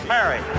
Mary